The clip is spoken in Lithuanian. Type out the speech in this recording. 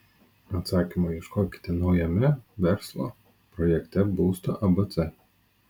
atsakymo ieškokite naujame verslo projekte būsto abc